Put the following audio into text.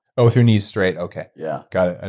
oh, with your knees straight, okay. yeah. got it. ah